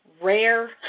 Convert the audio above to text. rare